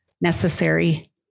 necessary